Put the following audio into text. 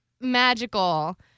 magical